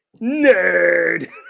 nerd